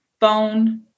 phone